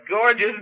gorgeous